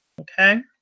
Okay